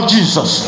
Jesus